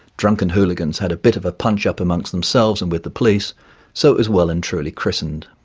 drunken hooligans had a bit of a punch up amongst themselves and with the police so it was well and truly christened.